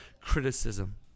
criticism